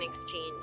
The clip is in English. exchange